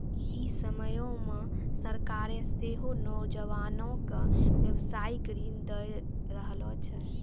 इ समयो मे सरकारें सेहो नौजवानो के व्यवसायिक ऋण दै रहलो छै